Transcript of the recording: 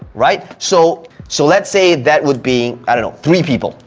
right? so so let's say that would be, i don't know, three people.